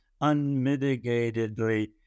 unmitigatedly